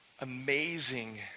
amazing